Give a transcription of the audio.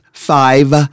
Five